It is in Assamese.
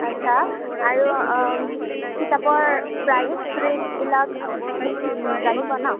আচ্ছা আৰু কিতাপৰ প্ৰাইচ ৰেটবিলাক জানিব ন